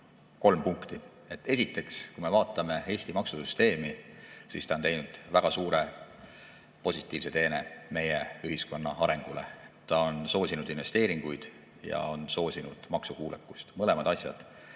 kolm punkti. Esiteks, kui me vaatame Eesti maksusüsteemi, siis see on teinud väga suure positiivse teene meie ühiskonna arengule. See on soosinud investeeringuid ja on soosinud maksukuulekust. Mõlemad asjad